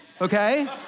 okay